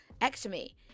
ectomy